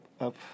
up